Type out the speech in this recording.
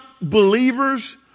believers